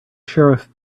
sheriff